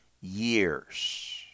years